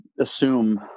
assume